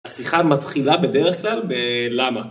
השיחה מתחילה בדרך כלל בלמה?